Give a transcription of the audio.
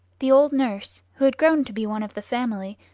the old nurse who had grown to be one of the family,